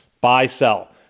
Buy-sell